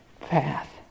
path